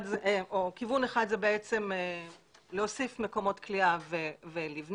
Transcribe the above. כיוון אחד זה להוסיף מקומות כליאה ולבנות,